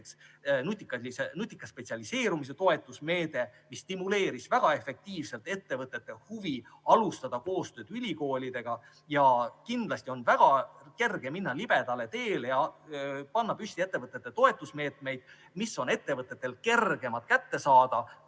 on nutika spetsialiseerumise toetamise meede, mis stimuleeris väga efektiivselt ettevõtete huvi alustada koostööd ülikoolidega. Kindlasti on väga kerge minna libedale teele ja pakkuda ettevõtetele toetusmeetmeid, mida on ettevõtetel kergem kätte saada,